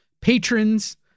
Patrons